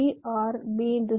b OR b